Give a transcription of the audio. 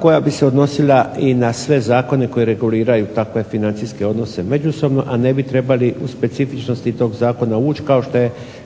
koja bi se odnosila i na sve zakone koji reguliraju takve financijske odnose međusobno, a ne bi trebali u specifičnosti tog zakona ući